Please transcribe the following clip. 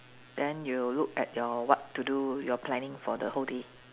then you look at your what to do your planning for the whole day